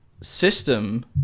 system